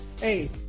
Hey